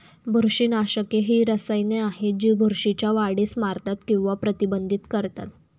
बुरशीनाशके ही रसायने आहेत जी बुरशीच्या वाढीस मारतात किंवा प्रतिबंधित करतात